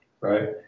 Right